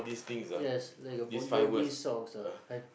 yes like a Bon-Jovi song sir I